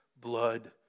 blood